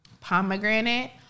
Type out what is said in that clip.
pomegranate